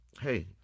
hey